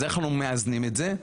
אז איך מאזנים את זה?